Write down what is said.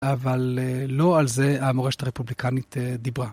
אבל לא על זה המורשת הרפובליקנית דיברה.